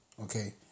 Okay